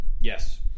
Yes